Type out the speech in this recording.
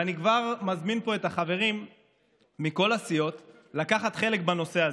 ואני כבר מזמין פה את החברים מכל הסיעות לקחת חלק בנושא הזה,